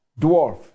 dwarf